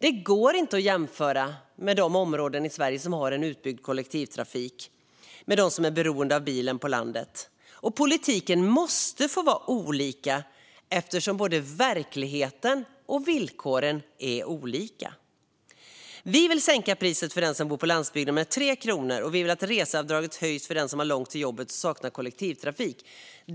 Det går inte att jämföra de områden i Sverige som har utbyggd kollektivtrafik med de områden på landsbygden där man är helt beroende av bilen. Politiken måste därför få vara olika eftersom verkligheten och villkoren är olika. Centerpartiet vill sänka priset för den som bor på landsbygden med 3 kronor, och vi vill att reseavdraget höjs för den som har långt till jobbet och saknar kollektivtrafik.